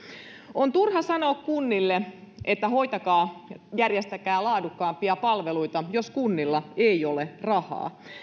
on turha sanoa kunnille että hoitakaa järjestäkää laadukkaampia palveluita jos kunnilla ei ole rahaa